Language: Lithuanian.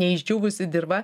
neišdžiūvusi dirva